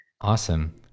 Awesome